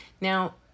Now